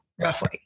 roughly